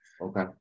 Okay